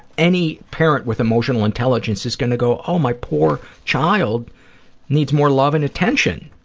any parent with emotional intelligence is going to go oh my poor child needs more love and attention.